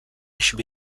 should